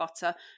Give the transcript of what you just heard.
butter